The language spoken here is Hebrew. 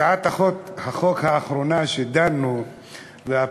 הצעת החוק האחרונה שדנו בה,